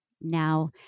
now